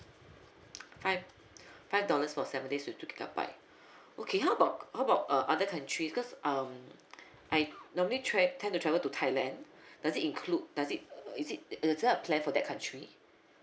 five five dollars for seven days to two gigabyte okay how about how about uh other country cause um I normally tra~ tend to travel to thailand does it include does it is it is it a plan for that country